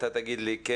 אתה תגיד לי כן,